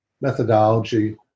methodology